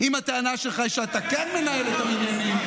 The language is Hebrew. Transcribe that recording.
אם הטענה שלך היא שאתה כן מנהל את העניינים,